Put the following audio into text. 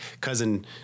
cousin